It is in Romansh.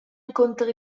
encunter